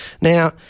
Now